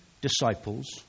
disciples